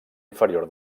inferior